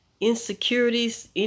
insecurities